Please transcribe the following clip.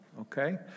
Okay